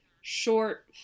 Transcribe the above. short